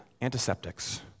antiseptics